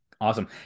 awesome